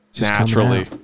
naturally